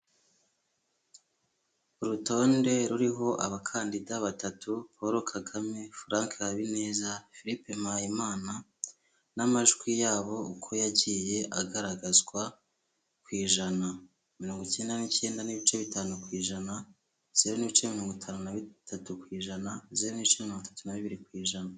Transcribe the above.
Urutonde ruriho abakandida batatu Paul Kagame, Frank Habineza, Philippe Mpayimana n'amajwi yabo uko yagiye agaragazwa ku ijana, mirongo icyenda n'icyenda n'ibice bitanu ku ijana, zeru n'ibice mirongo itanu na bitatu ku ijana, zeru n'ibice mirongo itatu na bibiri ku ijana.